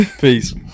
Peace